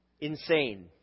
insane